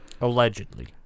Allegedly